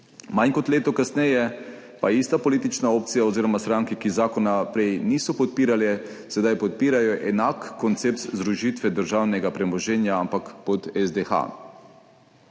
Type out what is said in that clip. Manj kot leto kasneje pa ista politična opcija oziroma stranke, ki zakona prej niso podpirale, zdaj podpirajo enak koncept združitve državnega premoženja, ampak pod SDH.